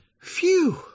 phew